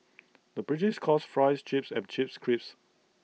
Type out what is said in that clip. the British calls Fries Chips and Chips Crisps